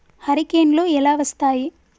హరికేన్లు ఎలా వస్తాయి?